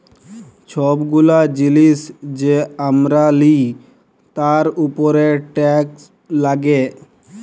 ছব গুলা জিলিস যে আমরা লিই তার উপরে টেকস লাগ্যে